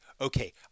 okay